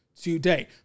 today